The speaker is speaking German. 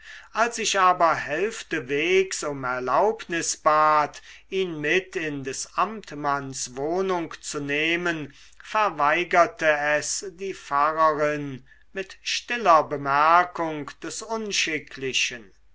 als ich aber hälftewegs um erlaubnis bat ihn mit in des amtmanns wohnung zu nehmen verweigerte es die pfarrerin mit stiller bemerkung des unschicklichen